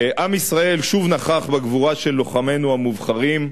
עם ישראל שוב נכח בגבורה של לוחמינו המובחרים.